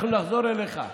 אנחנו נחזור אליך,